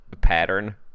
pattern